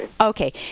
Okay